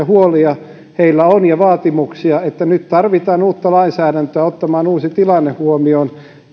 huolia heillä on ja vaatimuksia että nyt tarvitaan uutta lainsäädäntöä ottamaan uusi tilanne huomioon